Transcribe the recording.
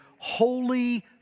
holy